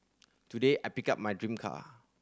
today I picked up my dream car